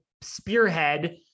spearhead